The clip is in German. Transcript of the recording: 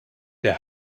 der